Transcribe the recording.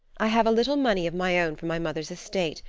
i have a little money of my own from my mother's estate,